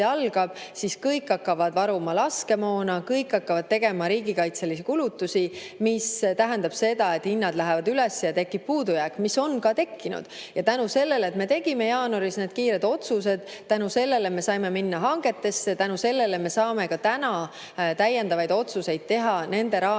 siis kõik hakkavad varuma laskemoona, kõik hakkavad tegema riigikaitselisi kulutusi. See tähendab seda, et hinnad lähevad üles ja tekib puudujääk, mis ongi tekkinud. Tänu sellele, et me tegime jaanuaris kiired otsused, me saime minna hangetesse, tänu sellele me saame ka täna täiendavaid otsuseid teha nende raamide